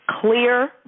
clear